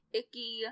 icky